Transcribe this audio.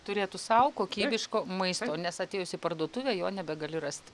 turėtų sau kokybiško maisto nes atėjus į parduotuvę jo nebegali rast